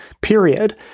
period